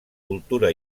cultura